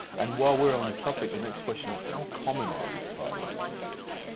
and while we're on the topic, the next question is how common are these firework injuries?